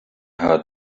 her